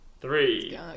three